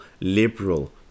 liberal